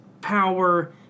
power